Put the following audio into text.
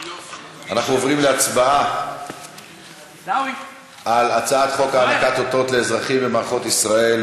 אנחנו עוברים להצבעה על הצעת חוק הענקת אותו לאזרחים במערכות ישראל,